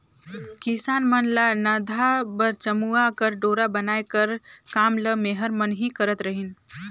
किसान मन ल नाधा बर चमउा कर डोरा बनाए कर काम ल मेहर मन ही करत रहिन